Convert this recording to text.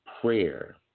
prayer